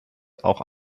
auch